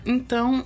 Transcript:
Então